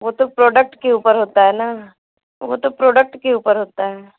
वह तो प्रोडक्ट के ऊपर होता है न वह तो प्रोडक्ट के ऊपर होता है